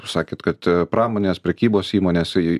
sakėt kad pramonės prekybos įmonės